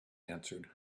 answered